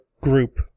group